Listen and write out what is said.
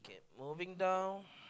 moving down